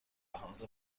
لحاظ